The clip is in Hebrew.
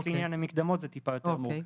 אבל בעניין המקדמות זה טיפה יותר מורכב.